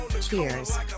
Cheers